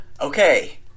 Okay